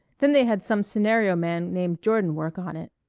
then they had some scenario man named jordan work on it.